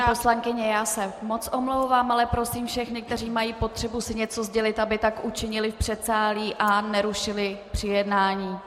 Paní poslankyně, já se moc omlouvám, ale prosím všechny, kteří mají potřebu si něco sdělit, aby tak učinili v předsálí a nerušili při jednání.